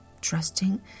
Trusting